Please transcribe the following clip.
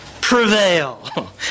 prevail